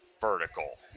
vertical